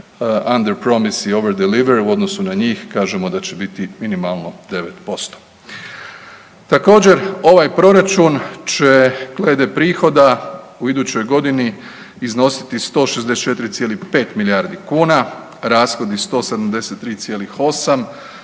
„Under promise over deliver“, u odnosu na njih, kažemo da će biti minimalno 9%. Također, ovaj Proračun će glede prihoda u idućoj godini iznositi 164,5 milijardi kuna, rashodi 173,8,